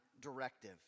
directive